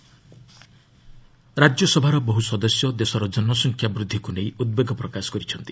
RS population ରାଜ୍ୟସଭାର ବହୁ ସଦସ୍ୟ ଦେଶର ଜନସଂଖ୍ୟା ବୃଦ୍ଧିକୁ ନେଇ ଉଦ୍ବେଗ ପ୍ରକାଶ କରିଛନ୍ତି